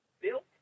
built